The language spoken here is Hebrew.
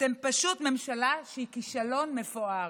אתם פשוט ממשלה שהיא כישלון מפואר.